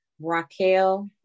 Raquel